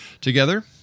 Together